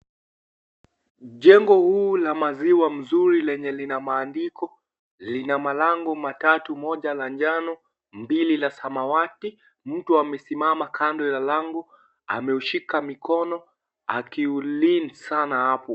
Jengo huu la maziwa mzuri lenye lina maandiko. Lina malango matatu moja la manjano mbili la samawati. Mtu amesimama kando ya lango, ameushika mikono akiulinda sana hapo.